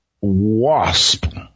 wasp